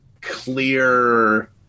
clear